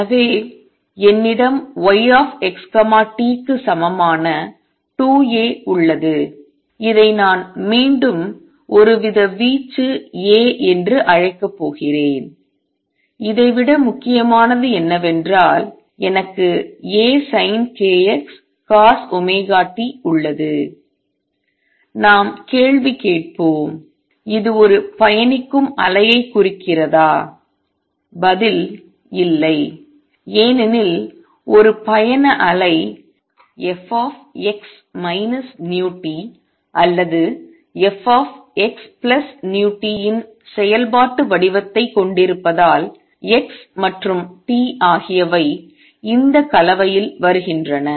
எனவே என்னிடம் y x t க்கு சமமான 2 A உள்ளது இதை நான் மீண்டும் ஒருவித வீச்சு A என்று அழைக்கப் போகிறேன் இதைவிட முக்கியமானது என்னவென்றால் எனக்கு ASinkxCosωt உள்ளது நாம் கேள்வி கேட்போம் இது ஒரு பயணிக்கும் அலையை குறிக்கிறதா பதில் இல்லை ஏனெனில் ஒரு பயண அலை fx vt அல்லது fxvt இன் செயல்பாட்டு வடிவத்தைக் கொண்டிருப்பதால் x மற்றும் t ஆகியவை அந்த கலவையில் வருகின்றன